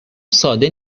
ساده